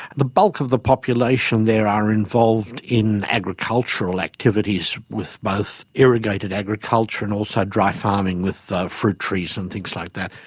the bulk of the population there are involved in agricultural activities, with both irrigated agriculture and also dry farming, with fruit trees and things like that.